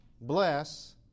bless